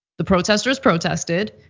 the protesters protested.